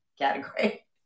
category